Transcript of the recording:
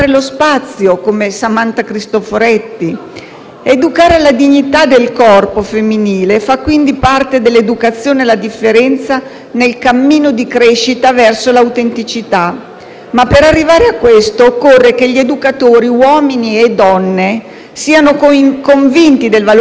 Educare alla dignità del corpo femminile fa, quindi, parte dell'educazione alla differenza nel cammino di crescita verso l'autenticità, ma per arrivare a questo occorre che gli educatori (uomini e donne) siano convinti del valore femminile. Si tratta di un compito non facile che